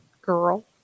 girl